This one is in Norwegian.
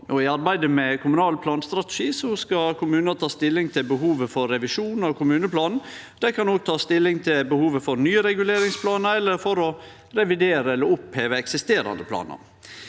I arbeidet med kommunal planstrategi skal kommunane ta stilling til behovet for revisjon av kommuneplanen. Dei kan òg ta stilling til behovet for nye reguleringsplanar eller for å revidere eller oppheve eksisterande planar.